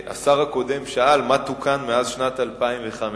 2. מה תוקן מאז שנת 2005?